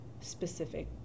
specific